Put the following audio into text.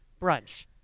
brunch